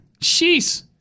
Sheesh